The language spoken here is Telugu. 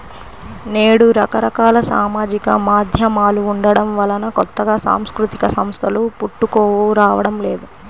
నేడు రకరకాల సామాజిక మాధ్యమాలు ఉండటం వలన కొత్తగా సాంస్కృతిక సంస్థలు పుట్టుకురావడం లేదు